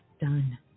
done